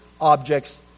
objects